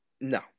No